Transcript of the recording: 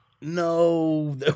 No